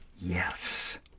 Yes